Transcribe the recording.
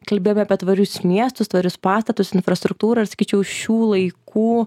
kalbėjome apie tvarius miestus tvarius pastatus infrastruktūrą ir sakyčiau šių laikų